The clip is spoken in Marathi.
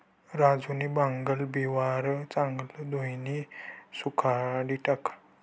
राजूनी भांगन बिवारं चांगलं धोयीन सुखाडी टाकं